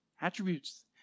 Attributes